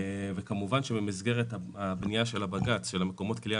וכמובן שבמסגרת הבנייה של הבג"ץ של מקומות כליאה